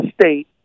State